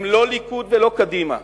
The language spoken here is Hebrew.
הם לא ליכוד ולא קדימה,